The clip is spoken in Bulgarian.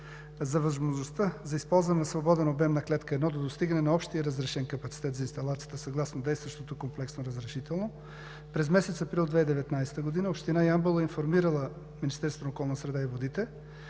За възможността за използване на свободен обем на Клетка 1 до достигане на общия разрешен капацитет за инсталацията съгласно действащото комплексно разрешително през месец април 2019 г. Община Ямбол е информирала Министерството на околната среда и водите.